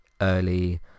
early